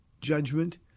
judgment